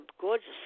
gorgeous